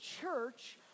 church